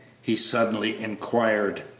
he suddenly inquired.